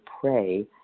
pray